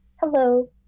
hello